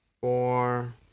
Four